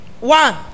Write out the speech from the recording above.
One